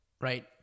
Right